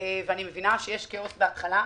ואני מבינה שיש כאוס בהתחלה,